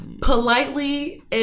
politely